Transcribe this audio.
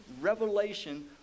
revelation